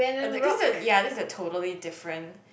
oh that case yea that is a totally different